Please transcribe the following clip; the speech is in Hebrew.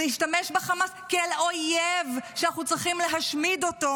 להתייחס לחמאס כאל אויב שאנחנו צריכים להשמיד אותו,